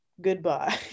Goodbye